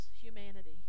humanity